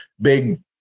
big